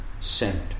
sent